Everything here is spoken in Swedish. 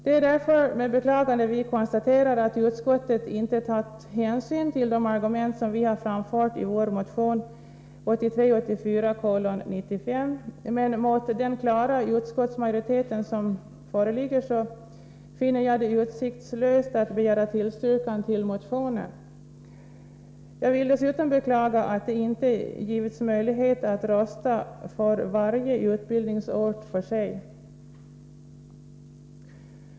Det är därför med beklagande vi konstaterar att utskottet inte har tagit hänsyn till de argument som vi har framfört i vår motion 1983/84:95, men mot den klara utskottsmajoritet som föreligger finner jag det utsiktslöst att begära bifall till motionen. Jag vill dessutom beklaga att det inte ges möjlighet att rösta för varje utbildningsort för sig.